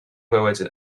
fywyd